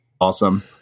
awesome